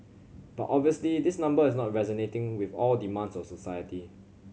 but obviously this number is not resonating with all demands of society